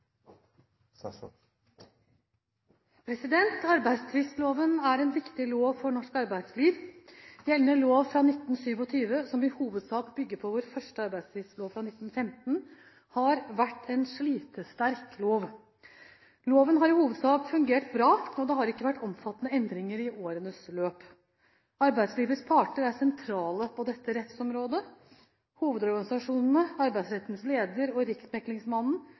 en viktig lov for norsk arbeidsliv. Gjeldende lov fra 1927, som i hovedsak bygger på vår første arbeidstvistlov fra 1915, har vært en slitesterk lov. Loven har i hovedsak fungert bra, og det har ikke vært omfattende endringer i årenes løp. Arbeidslivets parter er sentrale på dette rettsområdet. Hovedorganisasjonene, Arbeidsrettens leder og